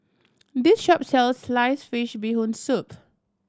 this shop sells sliced fish Bee Hoon Soup